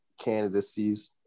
candidacies